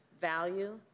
value